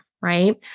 right